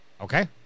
Okay